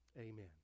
amen